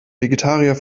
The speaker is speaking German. vegetarier